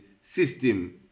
system